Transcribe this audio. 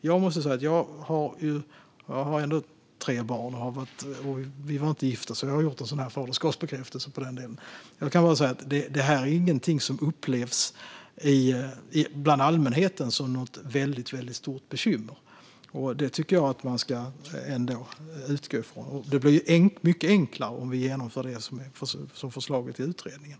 Jag har tre barn, och vi var inte gifta. Jag har alltså lämnat faderskapsbekräftelser, och jag måste nog säga att det inte är någonting som bland allmänheten upplevs som ett väldigt stort bekymmer. Det tycker jag ändå att man ska utgå ifrån. Det blir mycket enklare om vi genomför det som är föreslaget i utredningen.